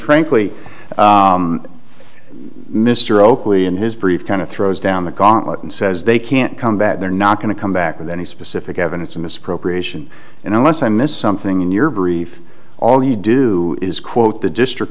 frankly mr oakley in his brief kind of throws down the gauntlet and says they can't come back they're not going to come back with any specific evidence misappropriation and unless i missed something in your brief all you do is quote the district